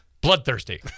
bloodthirsty